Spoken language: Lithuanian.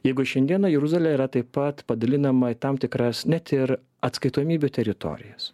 jeigu šiandieną jeruzalė yra taip pat padalinama į tam tikras net ir atskaitomybių teritorijas